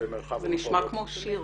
זה נשמע כמו שיר.